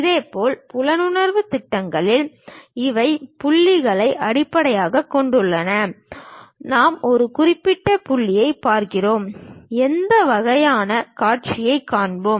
இதேபோல் புலனுணர்வு திட்டங்களில் இவை புள்ளியை அடிப்படையாகக் கொண்டவை நாம் ஒரு குறிப்பிட்ட புள்ளியைப் பார்க்கிறோம் எந்த வகையான காட்சிகளைக் காண்போம்